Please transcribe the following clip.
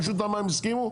רשות המים הסכימו?